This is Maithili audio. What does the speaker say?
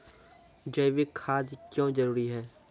जैविक खाद क्यो जरूरी हैं?